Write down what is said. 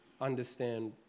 understand